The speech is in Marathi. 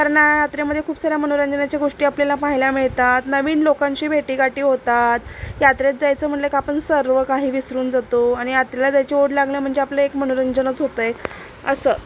कारण यात्रेमध्ये खूप साऱ्या मनोरंजनाच्या गोष्टी आपल्याला पाहायला मिळतात नवीन लोकांशी भेटीगाठी होतात यात्रेत जायचं म्हणलं की आपण सर्व काही विसरून जातो आणि यात्रेला जायची ओढ लागलं म्हणजे आपलं एक मनोरंजनच होतं आहे असं